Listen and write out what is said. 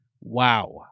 Wow